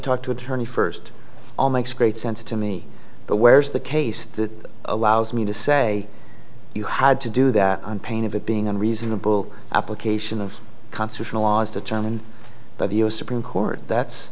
talked to attorney first of all makes great sense to me but where's the case that allows me to say you had to do that on pain of it being a reasonable application of constitutional law as determined by the u s supreme court that's